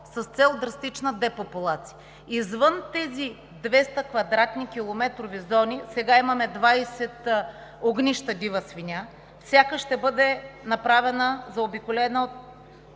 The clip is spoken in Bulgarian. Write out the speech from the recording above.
с цел драстична депопулация. Извън тези 200 кв. км зони, сега имаме 20 огнища на дива свиня. Всяка ще бъде направена, заобиколена от